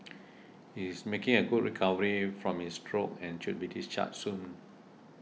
he is making good recovery from his stroke and should be discharged soon